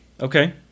Okay